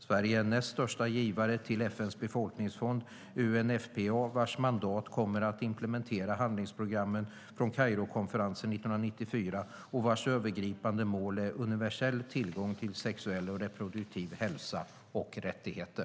Sverige är näst största givare till FN:s befolkningsfond UNFPA, vars mandat kommer att implementera handlingsprogrammet från Kairokonferensen 1994 och vars övergripande mål är universell tillgång till sexuell och reproduktiv hälsa och rättigheter.